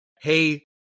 hey